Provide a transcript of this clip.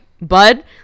bud